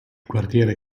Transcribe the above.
quartiere